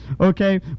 okay